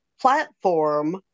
platform